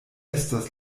estas